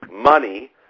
money